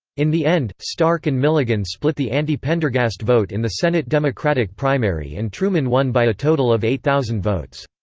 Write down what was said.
in the end, stark and milligan split the anti-pendergast vote in the senate democratic primary and truman won by a total of eight thousand votes.